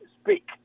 speak